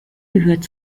gehört